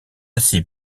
ainsi